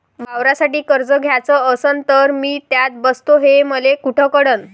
वावरासाठी कर्ज घ्याचं असन तर मी त्यात बसतो हे मले कुठ कळन?